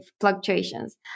fluctuations